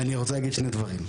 אני רוצה להגיד שני דברים.